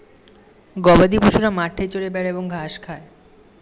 গবাদিপশুরা মাঠে চরে বেড়ায় এবং ঘাস খায়